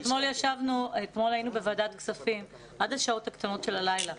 אתמול ישבנו בוועדת כספים עד השעות הקטנות של הלילה,